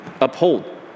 uphold